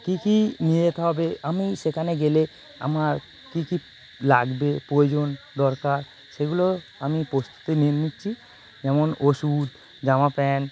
কী কী নিয়ে যেতে হবে আমি সেখানে গেলে আমার কী কী লাগবে প্রয়োজন দরকার সেগুলো আমি প্রস্তুতি নিয়ে নিচ্ছি যেমন ওষুধ জামা প্যান্ট